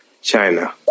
China